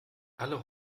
alle